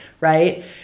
right